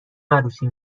عروسی